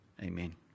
Amen